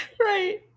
Right